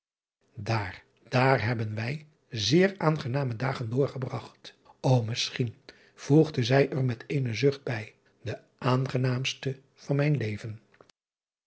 aar daar hebben wij zeer aangename dagen doorgebragt o misschien voegde zij er met eenen zucht bij de aangenaamste van mijn leven